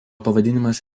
pavadinimas